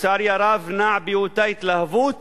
לצערי הרב, נע באותה התלהבות